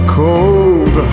cold